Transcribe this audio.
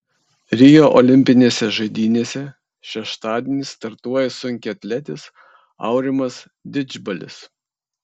rio olimpinėse žaidynėse šeštadienį startuoja sunkiaatletis aurimas didžbalis